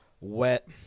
Wet